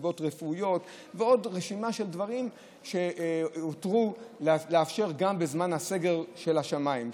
מסיבות רפואיות ועוד רשימה של דברים שהותר לאפשר גם בזמן סגר השמיים.